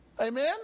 Amen